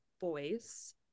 voice